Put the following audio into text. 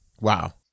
Wow